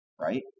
right